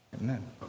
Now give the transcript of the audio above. Amen